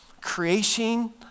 Creation